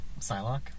Psylocke